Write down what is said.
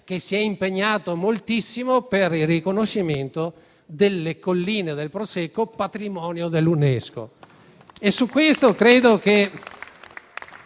che e si è impegnato moltissimo per il riconoscimento delle colline del Prosecco come patrimonio dell'UNESCO.